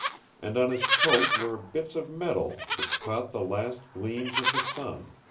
and on his coat were bits of metal which caught the last gleams of the sun.